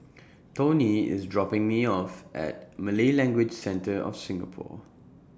Toni IS dropping Me off At Malay Language Centre of Singapore